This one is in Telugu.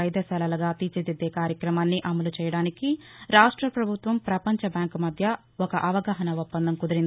వైద్యశాలలుగా తీర్చిదిద్దే కార్యక్రమాన్ని అమలు చేయడానికి రాష్ట్రపభుత్వం వవంచ బ్యాంక్ మధ్య ఒక అవగాహనా ఒప్పందం కుదిరింది